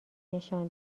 نشان